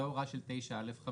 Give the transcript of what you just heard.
זו ההוראה של 9(א)(5).